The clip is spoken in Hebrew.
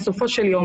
בסופו של יום,